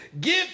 give